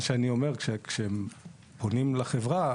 כשפונים לחברה,